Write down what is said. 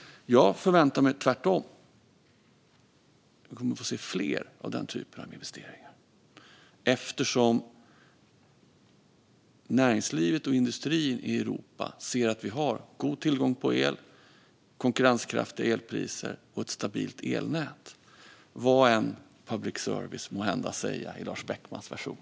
Jag förväntar mig tvärtom att vi kommer att få se fler av den typen av investeringar. Näringslivet och industrin i Europa ser att vi har god tillgång på el, konkurrenskraftiga elpriser och ett stabilt elnät, vad än public service måhända säger i Lars Beckmans version.